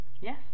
Yes